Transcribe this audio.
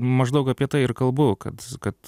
maždaug apie tai ir kalbu kad kad